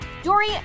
Dory